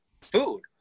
food